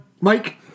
Mike